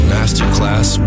Masterclass